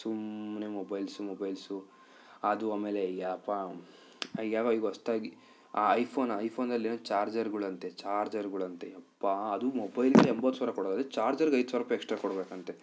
ಸುಮ್ನೆ mobiles mobiles ಅದು ಆಮೇಲೆ ಅಪ್ಪಾ ಯಾವಾಗ ಈಗ ಹೊಸ್ದಾಗಿ ಆ ಐಫೋನ್ ಐಫೋನಲ್ಲೇನೊ ಚಾರ್ಜರ್ಗಳಂತೆ ಚಾರ್ಜರ್ಗಳಂತೆ ಅಪ್ಪಾ ಅದು ಮೊಬೈಲ್ಗೆ ಎಂಬತ್ತು ಸಾವಿರ ಕೊಡೋದಾದರೆ ಚಾರ್ಜರ್ಗೆ ಐದು ಸಾವಿರ ರೂಪಾಯಿ ಎಕ್ಸ್ಟ್ರ ಕೊಡಬೇಕಂತೆ